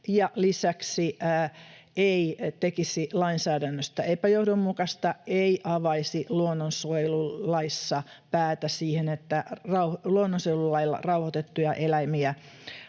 lisäksi ei tekisi lainsäädännöstä epäjohdonmukaista eikä avaisi luonnonsuojelulaissa päätä siihen, että luonnonsuojelulailla rauhoitettuja eläimiä